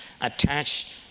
attached